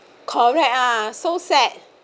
correct ah so sad